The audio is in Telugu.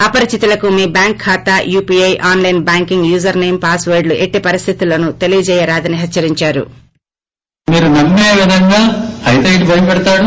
అపరిచితులకు మీ బ్యాంక్ ఖాతా UPI online banking user same పాస్వర్డ్లు ఎట్టి పరిస్థితుల్లోనూ తెలియజేయరాదని హెచ్చరించారు